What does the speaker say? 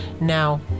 now